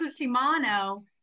Cusimano